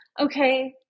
Okay